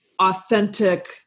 authentic